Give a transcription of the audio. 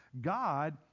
God